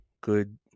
good